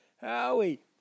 Howie